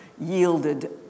yielded